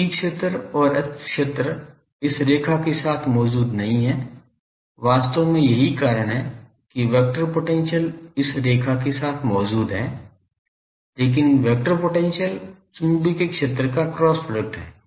तो E क्षेत्र और H क्षेत्र इस रेखा के साथ मौजूद नहीं है वास्तव में यही कारण है कि वेक्टर पोटेंशियल इस रेखा के साथ मौजूद है क्योंकि वेक्टर पोटेंशियल चुंबकीय क्षेत्र का क्रॉस प्रोडक्ट है